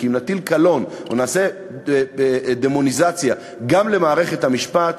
כי אם נטיל קלון או נעשה דמוניזציה גם למערכת המשפט,